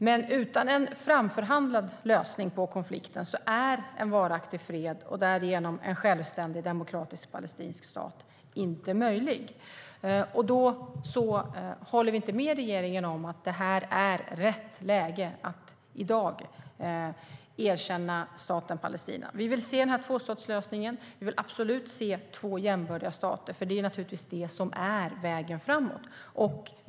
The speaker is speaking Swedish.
Men utan en framförhandlad lösning på konflikten är en varaktig fred, och därigenom en självständig demokratisk palestinsk stat, inte möjlig. Därför håller vi inte med regeringen om att det är rätt läge att i dag erkänna staten Palestina. Vi vill se tvåstatslösningen, och vi vill absolut se två jämbördiga stater. Det är naturligtvis det som är vägen framåt.